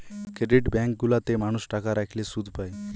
credit bank গুলা তে মানুষ টাকা রাখলে শুধ পায়